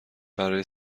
برای